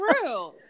true